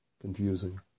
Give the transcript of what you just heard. confusing